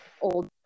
old